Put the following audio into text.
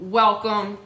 welcome